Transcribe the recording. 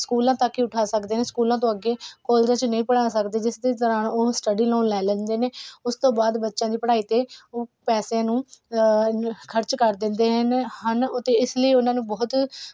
ਸਕੂਲਾਂ ਤੱਕ ਹੀ ਉਠਾ ਸਕਦੇ ਨੇ ਸਕੂਲਾਂ ਤੋਂ ਅੱਗੇ ਕੋਲਜਾਂ 'ਚ ਨਹੀਂ ਪੜ੍ਹਾ ਸਕਦੇ ਜਿਸ ਦੇ ਦੌਰਾਨ ਉਹ ਸਟੱਡੀ ਲੋਨ ਲੈ ਲੈਂਦੇ ਨੇ ਉਸ ਤੋਂ ਬਾਅਦ ਬੱਚਿਆਂ ਦੀ ਪੜ੍ਹਾਈ 'ਤੇ ਉਹ ਪੈਸਿਆਂ ਨੂੰ ਖਰਚ ਕਰ ਦਿੰਦੇ ਨੇ ਹਨ ਅਤੇ ਇਸ ਲਈ ਉਹਨਾਂ ਨੂੰ ਬਹੁਤ